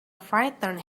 frightened